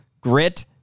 grit